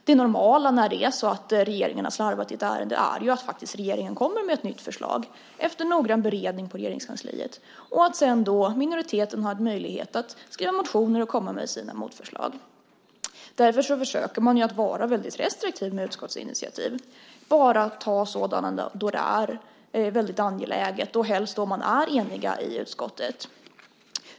Det normala när regeringen har slarvat i ett ärende är ju att regeringen kommer med ett nytt förslag efter noggrann beredning på Regeringskansliet och att sedan minoriteten har möjlighet att skriva motioner och komma med sina motförslag. Därför försöker man vara väldigt restriktiv med utskottsinitiativ och bara ta sådana då det är väldigt angeläget och helst också då utskottet är enigt.